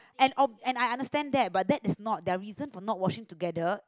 and ob~ and I understand that but that is not the reason to not washing together